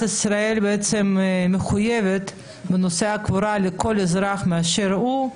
ישראל מחויבת לשאת בכל עלויות הקבורה של כל אזרח באשר הוא.